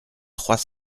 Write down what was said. trois